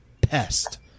pest